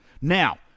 Now